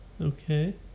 Okay